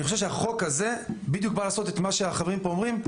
אני חושב שהחוק הזה בא לעשות בדיוק את מה שהחברים פה אומרים.